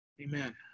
Amen